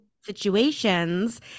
situations